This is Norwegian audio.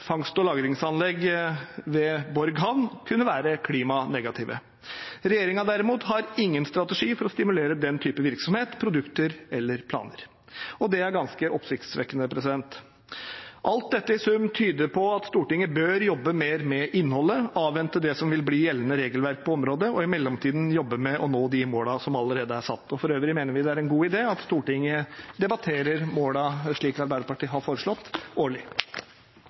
fangst- og lagringsanlegg ved Borg Havn kunne være klimanegative. Regjeringen har derimot ingen strategi for å stimulere den type virksomhet, produkter eller planer, og det er ganske oppsiktsvekkende. Alt dette i sum tyder på at Stortinget bør jobbe mer med innholdet, avvente det som vil bli gjeldende regelverk på området, og i mellomtiden jobbe med å nå de målene som allerede er satt. For øvrig mener vi det er en god idé at Stortinget debatterer målene årlig, slik Arbeiderpartiet har foreslått.